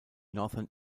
northern